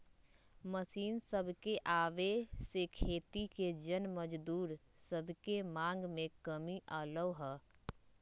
machine सभके आबे से खेती के जन मजदूर सभके मांग में कमी अलै ह